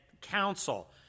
counsel